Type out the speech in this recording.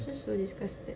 feel so disgusting